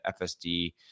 FSD